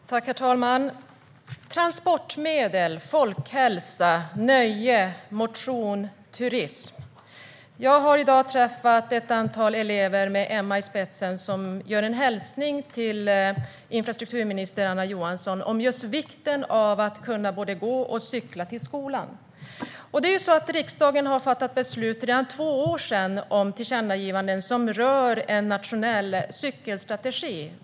Herr talman! Det handlar om transportmedel, folkhälsa, nöje, motion och turism. Jag har i dag träffat ett antal elever som, med Emma i spetsen, har en hälsning till infrastrukturminister Anna Johansson om vikten av att kunna både gå och cykla till skolan. Riksdagen fattade redan för två år sedan beslut om tillkännagivanden som rör en nationell cykelstrategi.